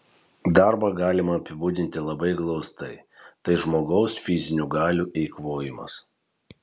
darbą galima apibūdinti labai glaustai tai žmogaus fizinių galių eikvojimas